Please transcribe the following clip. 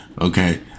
Okay